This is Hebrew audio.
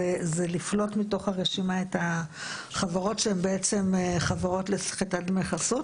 זה לפלוט מתוך הרשימה את החברות שהן בעצם חברות לסחיטת דמי חסות?